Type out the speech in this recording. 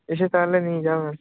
এসে তাহলে নিয়ে যাবেন